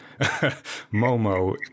momo